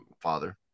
father